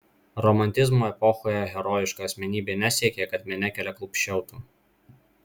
romantizmo epochoje herojiška asmenybė nesiekė kad minia keliaklupsčiautų